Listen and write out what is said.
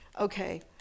Okay